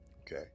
Okay